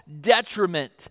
detriment